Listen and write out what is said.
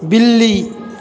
बिल्ली